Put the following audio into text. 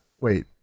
Wait